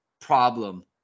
problem